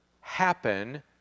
happen